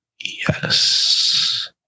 Yes